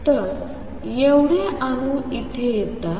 तर तेवढे अणू इथे येतात